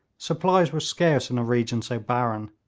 supplies were scarce in a region so barren,